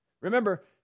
Remember